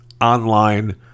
online